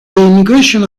immigration